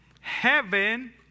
heaven